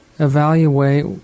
Evaluate